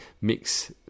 mix